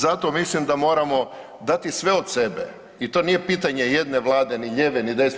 Zato mislim da moramo dati sve od sebe i to nije pitanje jedne Vlade ni lijeve, ni desne.